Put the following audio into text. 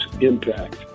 impact